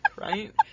right